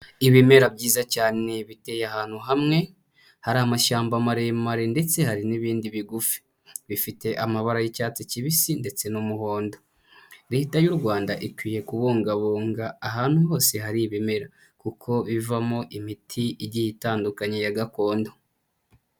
Ibimera byiza cyane, biteye ahantu hamwe, hari amashyamba maremare ndetse hari n'ibindi bigufi, bifite amabara y'icyatsi kibisi ndetse n'umuhondo, Leta y'u Rwanda ikwiye kubungabunga ahantu hose hari ibimera, kuko bivamo imiti igi ye itandukanye ya gakondo.